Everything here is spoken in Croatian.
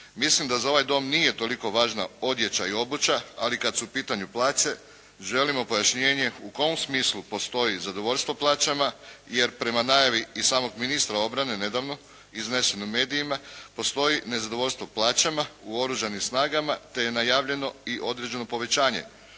Mislim da za ovaj Dom nije toliko važna odjeća i obuća, ali kada su u pitanju plaće želimo pojašnjenje u kom smislu postoji zadovoljstvo plaćama, jer prema najavi i samog ministra obrane nedavno izneseno u medijima, postoji nezadovoljstvo plaćama u Oružanim snagama te je najavljeno i određeno povećanje